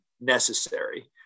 necessary